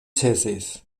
ĉesis